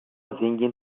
zengin